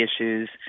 issues